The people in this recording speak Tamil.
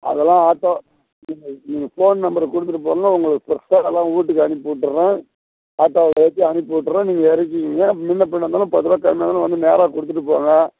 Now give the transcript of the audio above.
அதெல்லாம் ஆட்டோ நீங்கள் நீங்கள் ஃபோன் நம்பரை கொடுத்துட்டுப் போங்கள் உங்களுக்கு ஃப்ரெஷ்ஷாக நல்லா வீட்டுக்கு அனுப்பிவிட்டுட்றேன் ஆட்டோவில் ஏற்றி அனுப்பிவிட்டுட்றேன் நீங்கள் இறக்கிக்கீங்க முன்னப்பின்ன இருந்தாலும் பத்துரூவா கம்மியாக இருந்தாலும் வந்து நேராக கொடுத்துட்டுப் போங்கள்